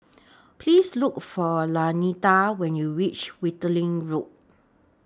Please Look For Lanita when YOU REACH Wittering Road